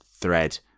thread